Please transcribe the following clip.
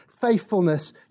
faithfulness